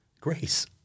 grace